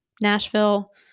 Nashville